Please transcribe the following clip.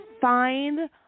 find